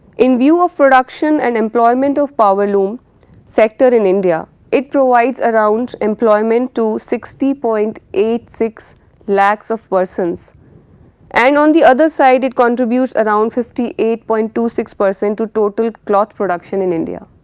in view of production and employment of powerloom sector in india, it provides around employment to sixty point eight six lacs of persons and on the other side it contributes around fifty eight point two six percent to total cloth production in india.